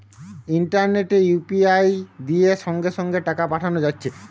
ইন্টারনেটে ইউ.পি.আই দিয়ে সঙ্গে সঙ্গে টাকা পাঠানা যাচ্ছে